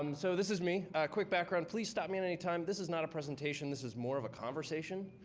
um so this is me. a quick background please stop me at any time. this is not a presentation. this is more of a conversation.